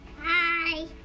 Hi